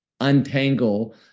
untangle